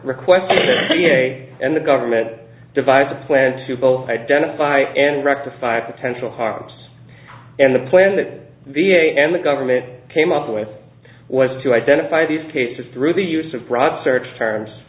request and the government devised a plan to both identify and rectify a potential harms in the plan that v a and the government came up with was to identify these cases through the use of broad search terms